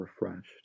refreshed